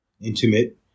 intimate